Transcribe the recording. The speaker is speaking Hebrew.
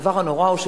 הדבר הנורא הוא,